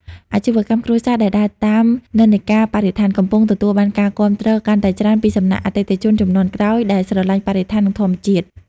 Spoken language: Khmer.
អាជីវកម្មគ្រួសារដែលដើរតាមនិន្នាការបរិស្ថាន កំពុងទទួលបានការគាំទ្រកាន់តែច្រើនពីសំណាក់អតិថិជនជំនាន់ក្រោយដែលស្រឡាញ់បរិស្ថាន និងធម្មជាតិ។